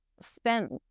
spent